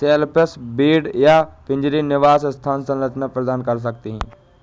shellfish bed या पिंजरे निवास स्थान संरचना प्रदान कर सकते हैं